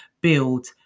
build